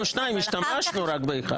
אישרנו שניים, השתמשנו רק באחד.